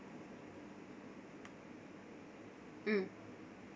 mm